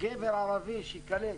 גבר ערבי שייקלט